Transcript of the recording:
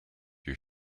you